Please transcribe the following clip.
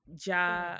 Ja